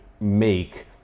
make